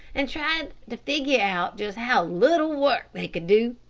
and tried to figure out just how little work they could do,